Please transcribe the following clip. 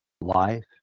life